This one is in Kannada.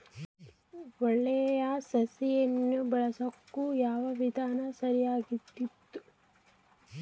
ಒಳ್ಳೆ ಸಸಿಗಳನ್ನು ಬೆಳೆಸೊಕೆ ಯಾವ ವಿಧಾನ ಸರಿಯಾಗಿದ್ದು?